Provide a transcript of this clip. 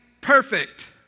perfect